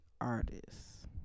artists